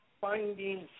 finding –